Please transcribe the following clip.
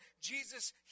Jesus